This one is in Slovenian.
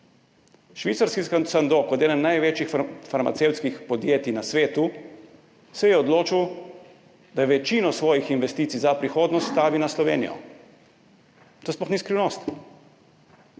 Švicarski Sando kot eden največjih farmacevtskih podjetij na svetu se je odločil, da večino svojih investicij za prihodnost stavi na Slovenijo. To sploh ni skrivnost,